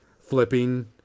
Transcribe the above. flipping